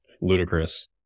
ludicrous